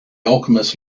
alchemist